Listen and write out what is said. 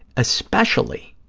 especially